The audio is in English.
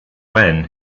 wen